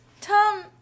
Tom